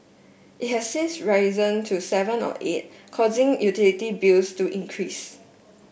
it has since risen to seven or eight causing utility bills to increase